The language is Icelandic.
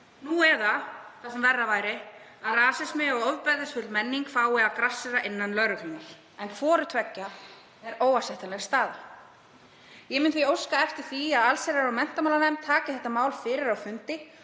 nú eða það sem verra væri, að rasismi og ofbeldisfull menning fái að grassera innan lögreglunnar. Hvort tveggja er óásættanleg staða. Ég mun því óska eftir því að allsherjar- og menntamálanefnd taki þetta mál fyrir á fundi